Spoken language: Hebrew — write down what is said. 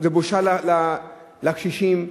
בושה לקשישים,